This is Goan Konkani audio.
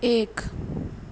एक